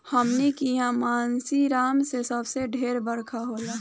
हमनी किहा मानसींराम मे सबसे ढेर बरखा होला